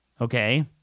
Okay